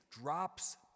drops